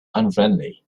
unfriendly